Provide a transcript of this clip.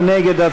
מי נגד?